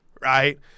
right